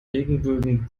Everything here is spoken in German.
regenbögen